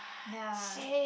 ya